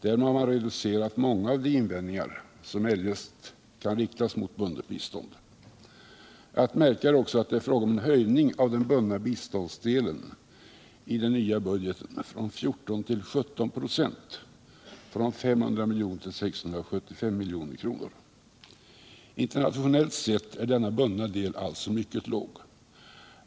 Därmed har man reducerat många av de invändningar som eljest kan riktas mot bundet bistånd. Att märka är också att det är fråga om en höjning av den bundna biståndsdelen i den nya budgeten från 14 till 17 96, från 500 till 675 milj.kr. Internationellt sett är denna bundna del alltså mycket låg.